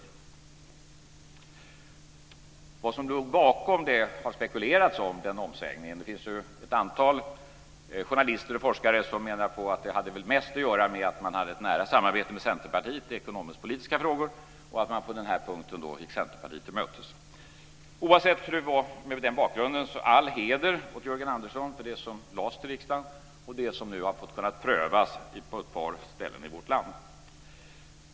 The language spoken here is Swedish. Det har spekulerats om vad som låg bakom denna omsvängning. Det finns ju ett antal journalister och forskare som menar att det väl mest hade att göra med att man hade ett nära samarbete med Centerpartiet i ekonomisk-politiska frågor och att man på denna punkt gick Centerpartiet till mötes. Oavsett hur det var med denna bakgrund så vill jag ge all heder till Jörgen Andersson för de förslag som lades fram för riksdagen och som har kunnat prövas på ett par ställen i vårt land.